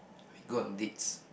when you go on dates